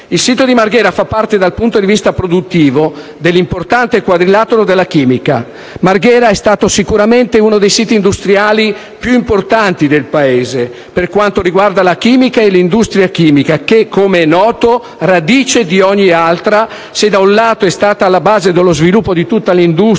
Il sito di Marghera fa parte, dal punto di vista produttivo, dell'importante quadrilatero della chimica. Marghera è stato sicuramente uno dei siti industriali più importanti del Paese per quanto riguarda la chimica. L'industria chimica, come è noto, in quanto radice di ogni altra, se da un lato è stata alla base dello sviluppo di tutta l'industria